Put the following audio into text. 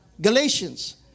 Galatians